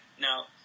Now